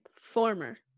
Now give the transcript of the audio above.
former